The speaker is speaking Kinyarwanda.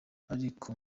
ariko